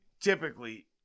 typically